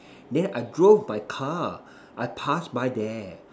then I drove my car I pass by there